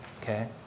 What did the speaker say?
Okay